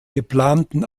geplanten